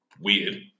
weird